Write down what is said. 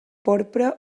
porpra